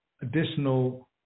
additional